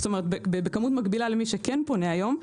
בכמות מקבילה למי שכן פונה היום,